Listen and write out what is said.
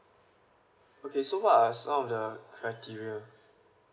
okay so what are some of the criteria